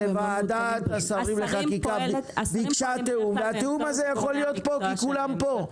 שוועדת השרים לחקיקה ביקשה תיאום והתיאום הזה יכול להיות פה כי כולם פה.